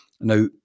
Now